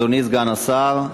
אדוני סגן השר,